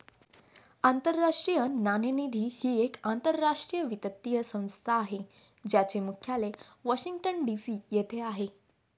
आंतरराष्ट्रीय नाणेनिधी ही एक आंतरराष्ट्रीय वित्तीय संस्था आहे ज्याचे मुख्यालय वॉशिंग्टन डी.सी येथे आहे